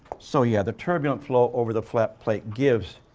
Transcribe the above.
so, yeah, the turbulent flow over the flat pipe gives